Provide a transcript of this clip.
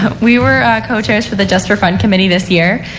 we were co-chairs for the just for fun committee this year.